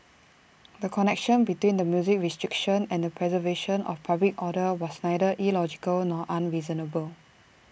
the connection between the music restriction and the preservation of public order was neither illogical nor unreasonable